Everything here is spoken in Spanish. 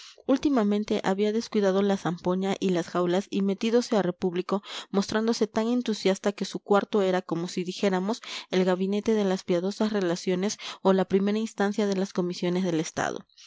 últimamente había descuidado la zampoña y las jaulas y metídose a repúblico mostrándose tan entusiasta que su cuarto era como si dijéramos el gabinete de las piadosas relaciones o la primera instancia de las comisiones del estado